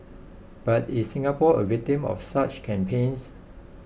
but is Singapore a victim of such campaigns